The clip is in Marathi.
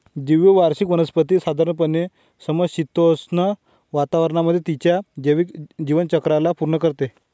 द्विवार्षिक वनस्पती साधारणपणे समशीतोष्ण हवामानामध्ये तिच्या जैविक जीवनचक्राला पूर्ण करते